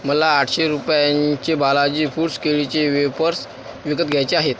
मला आठशे रुपयांचे बालाजी फूड्स केळीचे वेफर्स विकत घ्यायचे आहेत